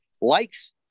likes